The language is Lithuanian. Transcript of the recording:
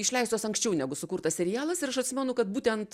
išleistos anksčiau negu sukurtas serialas ir aš atsimenu kad būtent